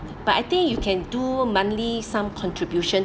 but I think you can do monthly some contribution